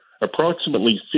approximately